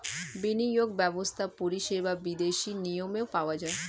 বিনিয়োগ ব্যবস্থার পরিষেবা বিদেশি নিয়মে পাওয়া যায়